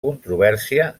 controvèrsia